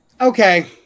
Okay